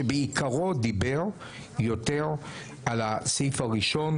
שבעיקרו דיבר יותר על הסעיף הראשון.